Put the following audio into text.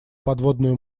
подводную